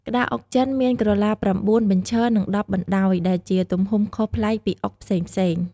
ក្តារអុកចិនមានក្រឡា ៩ បញ្ឈរ និង ១០ បណ្តាយ ដែលជាទំហំខុសប្លែកពីអុកផ្សេងៗ។